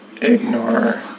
ignore